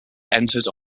entered